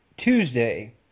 Tuesday